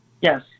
Yes